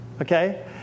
okay